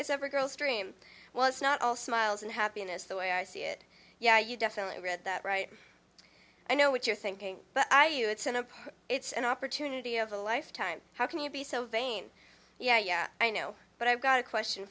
it's every girl's dream well it's not all smiles and happiness the way i see it yeah you definitely read that right i know what you're thinking but i you it's in a it's an opportunity of a lifetime how can you be so vain yeah yeah i know but i've got a question